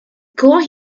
gold